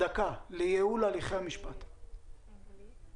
אותו דוח של הצוות הבין-משרדי שנמצא כרגע אצל שר המשפטים וממתין להוצאה